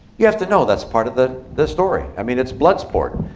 you have to know that's part of the the story. i mean, it's bloodsport.